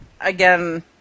again